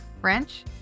French